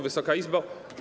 Wysoka Izbo!